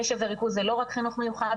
קשב וריכוז זה לא רק חינוך מיוחד,